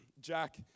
Jack